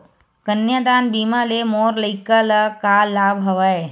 कन्यादान बीमा ले मोर लइका ल का लाभ हवय?